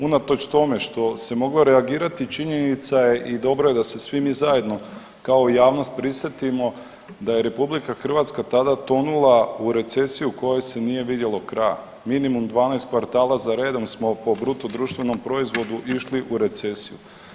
Unatoč tome što se moglo reagirati činjenica je i dobro je da se svi mi zajedno kao javnost prisjetimo da je RH tada tonula u recesiju kojom se nije vidjelo kraj, minimum 12 kvartala za redom smo po BDP-u išli u recesiju.